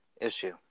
issue